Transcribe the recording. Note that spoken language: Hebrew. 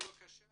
בבקשה